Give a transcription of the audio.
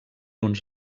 uns